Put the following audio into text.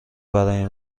برای